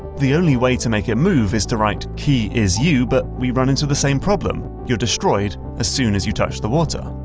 the only way to make it move is to write key is you, but we run into the same problem you're destroyed as soon as you touch the water.